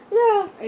ya